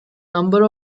number